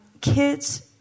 Kids